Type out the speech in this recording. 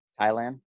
Thailand